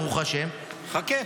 ברוך השם -- חכה.